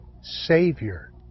Savior